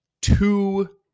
two